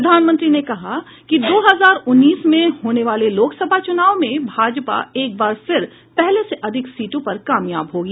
प्रधानमंत्री ने कहा कि दो हजार उन्नीस में होने वाले लोकसभा चूनाव में भाजपा एक बार फिर पहले से अधिक सीटों पर कामयाब होगी